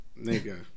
nigga